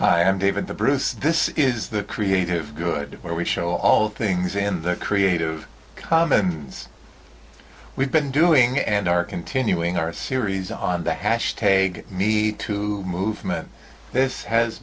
hi i'm david the bruce this is the creative good where we show all things in the creative commons we've been doing and are continuing our series on the hash tag meat movement this has